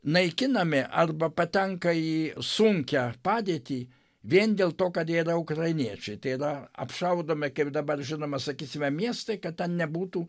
naikinami arba patenka į sunkią padėtį vien dėl to kad jie yra ukrainiečiai tai yra apšaudome kaip dabar žinoma sakysime miestai kad ten nebūtų